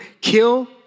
kill